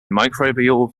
microbial